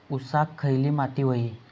ऊसाक खयली माती व्हयी?